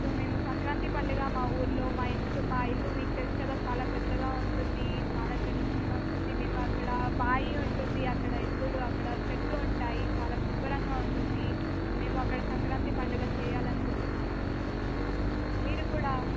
so మేము సంక్రాంతి పండుగ మా ఊళ్ళో మా ఇంట్లో మా ఇల్లు మీకు తెలుసు కదా చాలా పెద్దగా ఉంటుంది చాలా ట్రెడిషనల్గా ఉంటుంది మేము అక్కడ బావి ఉంటుంది అక్కడ ఇల్లులు అక్కడ చెట్లు ఉంటాయి చాలా శుభ్రంగా ఉంటుంది మేము అక్కడ సంక్రాంతి పండుగ చేయాలి అనుకుంటున్నాము మీరు కూడా